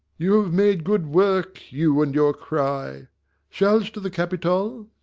you have made good work, you and your cry shall's to the capitol?